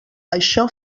això